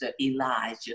Elijah